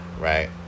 right